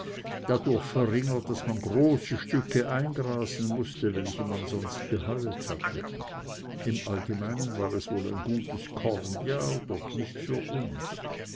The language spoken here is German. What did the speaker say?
dadurch verringert daß man große stücke eingrasen mußte welche man sonst geheuet hatte im allgemeinen war es wohl ein gutes kornjahr doch nicht für uns